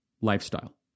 lifestyle